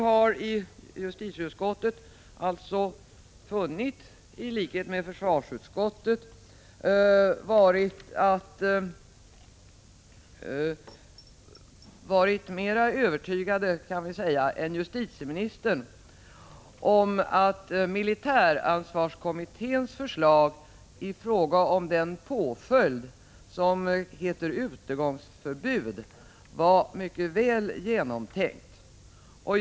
Vi i justitieutskottet har alltså varit, i likhet med försvarsutskottet, mer övertygade än försvarsministern om att militäransvarskommitténs förslag i fråga om den påföljd som heter utegångsförbud var mycket väl genomtänkt.